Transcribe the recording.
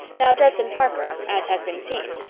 now, judson parker, as has been seen,